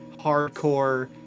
hardcore